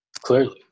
Clearly